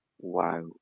wow